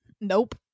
Nope